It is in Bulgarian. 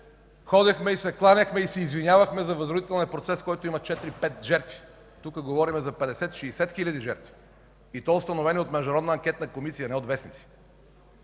ходехме и се кланяхме, и се извинявахме за възродителния процес, в който има 4-5 жертви. Тук говорим за 50-60 хиляди жертви и то установени от международна анкетна комисия, не от вестниците.